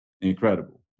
incredible